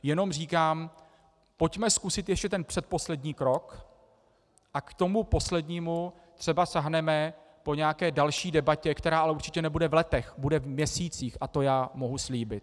Jenom říkám, pojďme zkusit ještě ten předposlední krok a k tomu poslednímu třeba sáhneme po nějaké další debatě, která ale určitě nebude v letech, bude v měsících, a to já mohu slíbit.